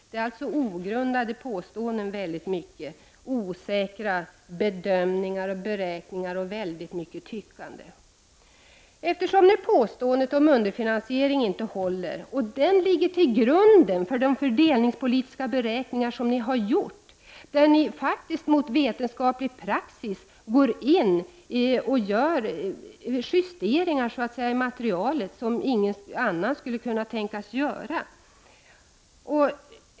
Det rör sig således om ogrundade påståenden, osäkra bedömningar och beräkningar och väldigt mycket tyckande. Eftersom påståendet om underfinansiering inte håller och det ligger till grund för de fördelningspolitiska beräkningar som ni har gjort, har ni faktiskt gått emot vetenskaplig praxis när ni går in och gör justeringar av materialet som ingen annan skulle kunna tänkas göra.